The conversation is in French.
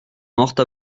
morte